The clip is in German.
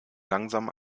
langsam